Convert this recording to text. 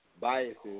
Biases